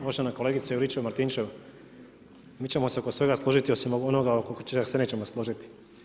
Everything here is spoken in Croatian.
Uvažena kolegice Juričev Martinčev, mi ćemo se oko svega složiti, osim oko onoga oko čega se nećemo složiti.